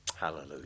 Hallelujah